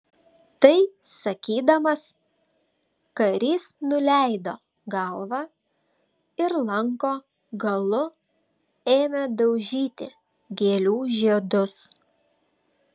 tai sakydamas karys nuleido galvą ir lanko galu ėmė daužyti gėlių žiedus